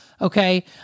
okay